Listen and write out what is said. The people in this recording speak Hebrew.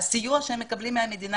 הסיוע שהם מקבלים מהמדינה,